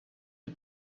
you